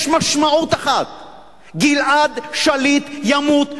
יש משמעות אחת למצב הנוכחי: גלעד שליט ימות בשבי.